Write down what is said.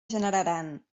generaran